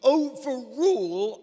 overrule